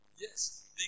Yes